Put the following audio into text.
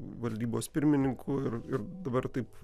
valdybos pirmininku ir ir dabar taip